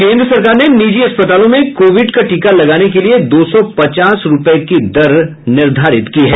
केन्द्र सरकार ने निजी अस्पतालों में कोविड का टीका लगाने के लिए दो सौ पचास रूपये की दर निर्धारित किया है